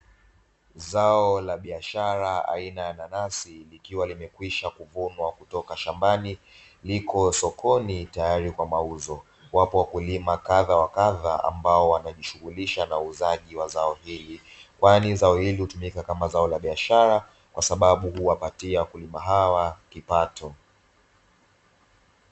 Zao la biashara aina ya nanasi, likiwa limekwisha kuvunwa kutoka shambani, liko sokoni tayari kwa mauzo. Wapo wakulima kadha wa kadha ambao wamejishughulisha na uuzaji wa zao hili, kwani zao hili hutumika kama zao la biashara kwa sababu hupatia wakulima hawa kipato.